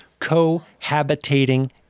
cohabitating